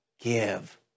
give